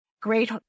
great